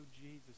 Jesus